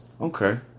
Okay